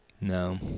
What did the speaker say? No